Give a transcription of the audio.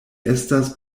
estas